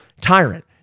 tyrant